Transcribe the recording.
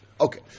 Okay